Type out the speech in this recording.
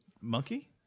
monkey